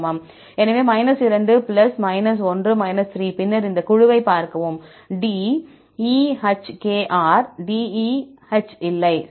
எனவே 2 1 3 பின்னர் இந்த குழுவைப் பார்க்கவும் D E H K R DE H இல்லை சரி